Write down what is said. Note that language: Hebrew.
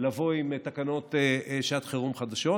לבוא עם תקנות שעת חירום חדשות.